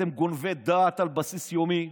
אתם גונבי דעת על בסיס יומי.